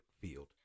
field